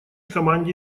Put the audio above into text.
команде